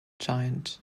giant